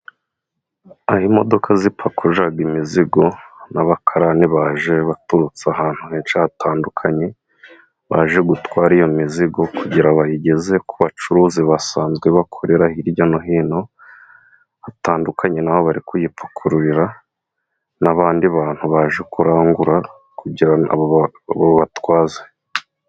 Aho imodoka zipakururira imizigo n'abakarani baje baturutse ahantu henshi hatandukanye. Baje gutwara iyo mizigo kugira bayigeze ku bacuruzi basanzwe bakorera hirya no hino hatandukanye n'aho bari kuyipakururira n'abandi bantu baje kurangura kugira ngo babatwaze.